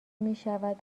میشود